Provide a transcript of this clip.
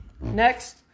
next